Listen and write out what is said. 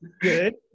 Good